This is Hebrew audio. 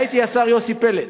היו אתי השר יוסי פלד,